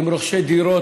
עם רוכשי דירות